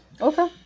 Okay